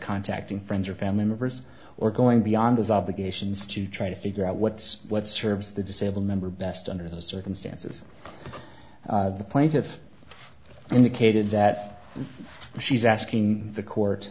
contacting friends or family members or going beyond those obligations to try to figure out what's what serves the disabled member best under those circumstances the plaintiff indicated that she's asking the court